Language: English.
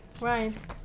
Right